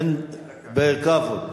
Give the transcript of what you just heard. בכבוד.